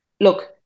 look